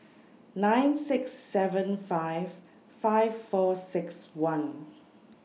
nine six seven five five four six one